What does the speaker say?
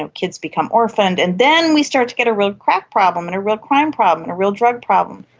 and kids become orphaned, and then we start to get a real crack problem and a real crime problem and a real drug problem.